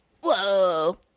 Whoa